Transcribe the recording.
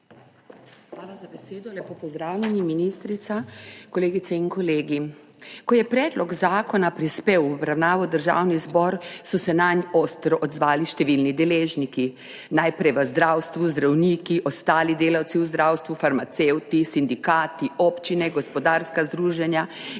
Hvala za besedo. Lepo pozdravljeni, ministrica, kolegice in kolegi! Ko je predlog zakona prispel v obravnavo v Državni zbor, so se nanj ostro odzvali številni deležniki najprej v zdravstvu, zdravniki, ostali delavci v zdravstvu, farmacevti, sindikati, občine, gospodarska združenja in vsi